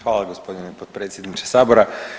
Hvala vam gospodine potpredsjedniče sabora.